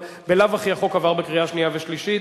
בלאו הכי החוק עבר בקריאה שנייה ושלישית.